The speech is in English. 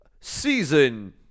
Season